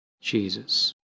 Jesus